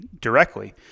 directly